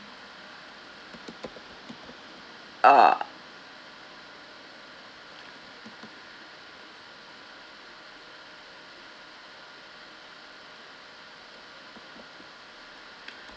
ah